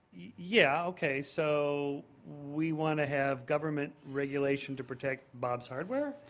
yeah, okay, so we want to have government regulation to protect bob's hardware?